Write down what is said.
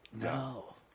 No